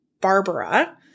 Barbara